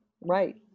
Right